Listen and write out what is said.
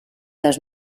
dos